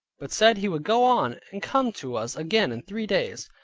but said he would go on, and come to us again in three days.